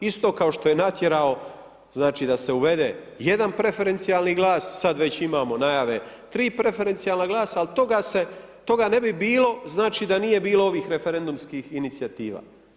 Isto kao što je natjerao da se uvede jedan preferencijalni glas, sad već imamo najave 3 preferencijalna glasa ali toga ne bi bilo da nije bilo ovih referendumskih inicijativa.